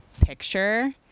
picture –